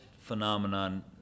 phenomenon